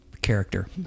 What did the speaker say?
character